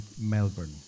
Melbourne